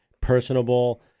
personable